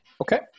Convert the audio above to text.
Okay